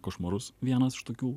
košmarus vienas iš tokių